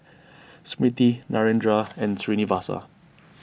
Smriti Narendra and Srinivasa